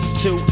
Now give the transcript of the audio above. two